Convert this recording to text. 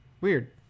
weird